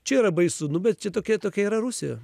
čia yra baisu nu bet čia tokia tokia yra rusija